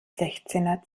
sechzehner